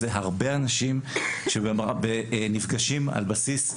זה הרבה אנשים שנפגשים על בסיס,